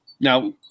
Now